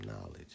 knowledge